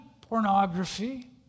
pornography